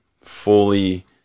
fully